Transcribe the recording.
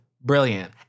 Brilliant